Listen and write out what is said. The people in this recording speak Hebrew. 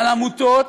על עמותות